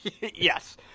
Yes